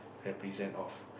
represent of